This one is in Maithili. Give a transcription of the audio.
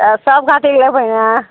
तऽ सब खातिर लेबै ने